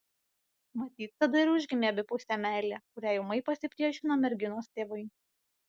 matyt tada ir užgimė abipusė meilė kuriai ūmai pasipriešino merginos tėvai